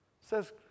says